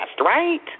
right